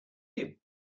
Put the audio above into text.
him